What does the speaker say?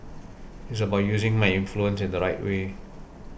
it's about using my influence in the right way